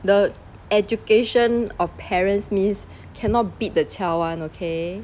the education of parents means cannot beat the child [one] okay